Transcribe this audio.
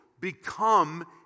become